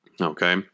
Okay